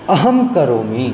अहं करोमि